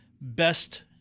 best